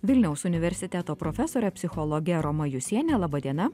vilniaus universiteto profesore psichologe roma jusiene laba diena